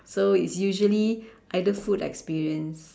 so it's usually either food experience